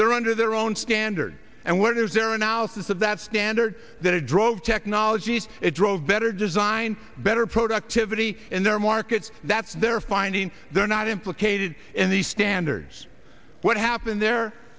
there under their own standard and what is their analysis of that standard that it drove technologies it drove better design better productivity in their markets that's they're finding they're not implicated in these standards what happened there